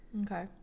Okay